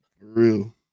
Real